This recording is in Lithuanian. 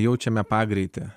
jaučiame pagreitį